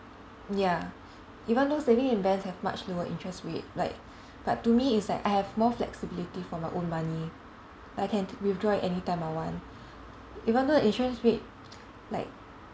ya even though saving in banks have much lower interest rate like but to me it's like I have more flexibility for my own money like I can withdraw it anytime I want even though insurance rate like